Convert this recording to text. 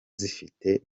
zifite